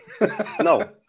No